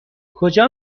کجا